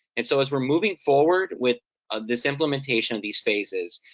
and so as we're moving forward with this implementation of these phases,